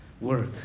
work